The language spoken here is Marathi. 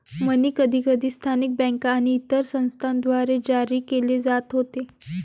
मनी कधीकधी स्थानिक बँका आणि इतर संस्थांद्वारे जारी केले जात होते